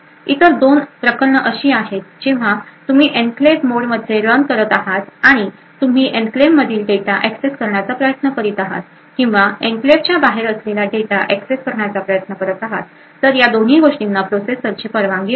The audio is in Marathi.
इतर दोन प्रकरणे अशी आहेत जेव्हा तुम्ही एन्क्लेव्ह मोडमध्ये रन करत आहात आणि तुम्ही एन्क्लेव्हमधील डेटा एक्सेस करण्याचा प्रयत्न करीत आहात किंवा एन्क्लेव्हच्या बाहेर असलेला डेटा एक्सेस करण्याचा प्रयत्न करीत आहात तर या दोन्ही गोष्टींना प्रोसेसरची परवानगी असते